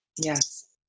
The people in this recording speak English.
Yes